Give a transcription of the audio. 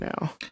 now